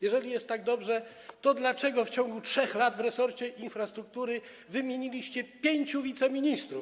Jeżeli jest tak dobrze, to dlaczego w ciągu 3 lat w resorcie infrastruktury wymieniliście 5 wiceministrów?